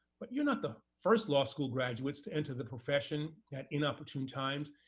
but you're not the first law school graduates to enter the profession at inopportune times,